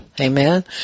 Amen